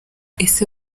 ese